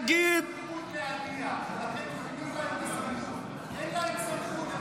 תגיד ------ סמכות להגיע --- אין להם סמכות.